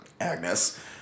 Agnes